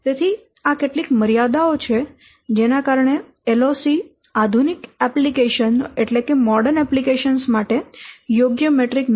તેથી આ કેટલીક મર્યાદાઓ છે જેના કારણે LOC આધુનિક એપ્લિકેશનો માટે યોગ્ય મેટ્રિક નથી